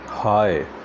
Hi